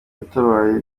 yatabaye